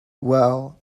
well